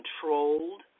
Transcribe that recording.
controlled